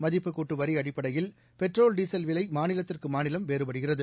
மதிப்புக்கூட்டுவரிஅடிப்படையில் petrol diesel விலைமாநிலத்திற்குமாநிலம் வேறுபடுகிறது